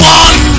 one